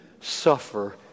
suffer